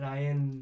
Ryan